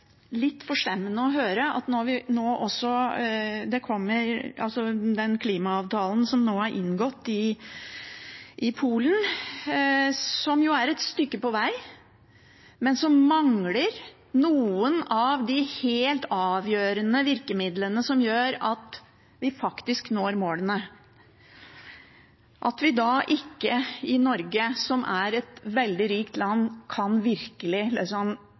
litt forstemmende å høre etter den klimaavtalen som nå er inngått i Polen, som er et stykke på vei, men som mangler noen av de helt avgjørende virkemidlene som gjør at vi faktisk når målene, at vi i Norge, som er et veldig rikt land, ikke kan